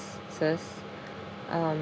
um